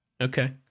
Okay